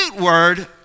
word